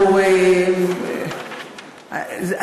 מה העמדה של משרד המשפטים?